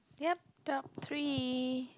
yup top three